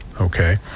Okay